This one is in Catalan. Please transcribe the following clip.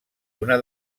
una